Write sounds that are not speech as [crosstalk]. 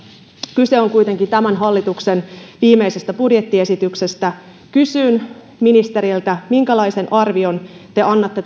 kyse on kuitenkin tämän hallituksen viimeisestä budjettiesityksestä kysyn ministeriltä minkälaisen arvosanan te annatte [unintelligible]